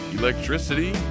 electricity